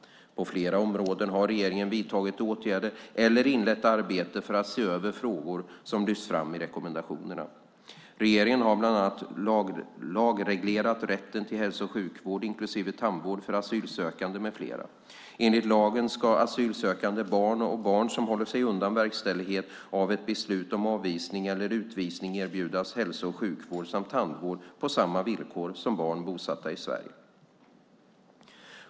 På flera områden har regeringen vidtagit åtgärder eller inlett arbete för att se över frågor som lyfts fram i rekommendationerna. Regeringen har bland annat lagreglerat rätten till hälso och sjukvård, inklusive tandvård, för asylsökande med flera. Enligt lagen ska asylsökande barn och barn som håller sig undan verkställighet av ett beslut om avvisning eller utvisning erbjudas hälso och sjukvård samt tandvård på samma villkor som barn bosatta i Sverige.